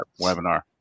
webinar